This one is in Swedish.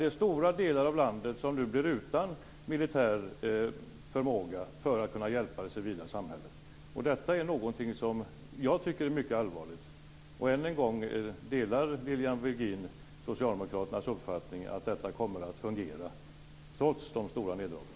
Det är stora delar av landet som nu blir utan militär förmåga för att kunna hjälpa det civila samhället. Detta är något som jag tycker är mycket allvarligt. Än en gång: Delar Lilian Virgin socialdemokraternas uppfattning att detta kommer att fungera trots de stora neddragningarna?